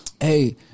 hey